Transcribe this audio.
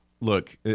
Look